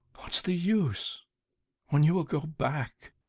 what's the use when you will go back?